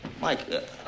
Mike